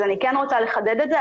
אז אני כן רוצה לחדד את זה,